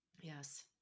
yes